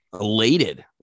elated